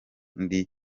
ndi